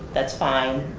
that's fine.